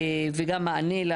וגם מענה.